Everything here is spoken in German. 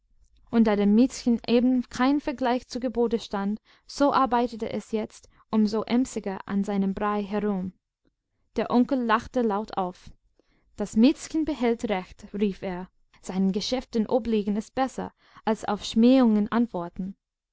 und da dem miezchen eben kein vergleich zu gebote stand so arbeitete es jetzt um so emsiger an seinem brei herum der onkel lachte laut auf das miezchen behält recht rief er seinen geschäften obliegen ist besser als auf schmähungen antworten